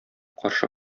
каршы